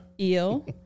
Eel